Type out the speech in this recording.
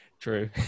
True